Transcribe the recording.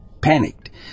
Panicked